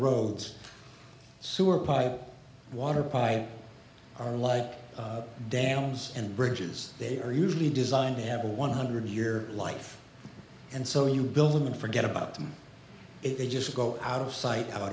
roads sewer pipe water pipes are like dams and bridges they are usually designed to have a one hundred year life and so you build them and forget about them if they just go out of sight out